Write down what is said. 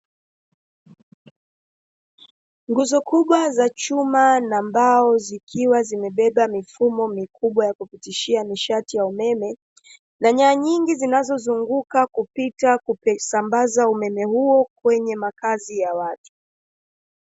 Nguzo kubwa za chuma na mbao zikiwa zimebeba mifumo mikubwa ya kupitishia nishati ya umeme, na nyaya nyingi zinazozunguka kupita kusambaza umeme huo kwenye makazi ya watu.